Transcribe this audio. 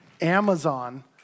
Amazon